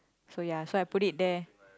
so ya so I put it there